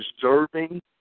deserving